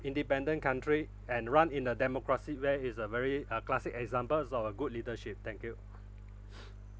independent country and run in a democracy way is a very uh classic examples of a good leadership thank you